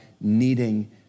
needing